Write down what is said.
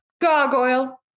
gargoyle